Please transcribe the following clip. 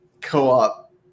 co-op